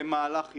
במהלך יוני,